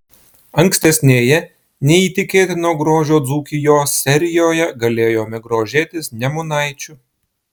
ankstesnėje neįtikėtino grožio dzūkijos serijoje galėjome grožėtis nemunaičiu